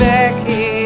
Becky